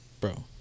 bro